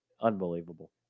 unbelievable